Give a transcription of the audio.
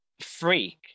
Freak